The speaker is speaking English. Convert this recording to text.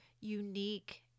unique